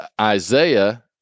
Isaiah